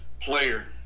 player